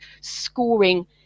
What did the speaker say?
scoring